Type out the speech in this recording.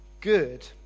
good